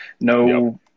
No